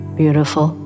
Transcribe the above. beautiful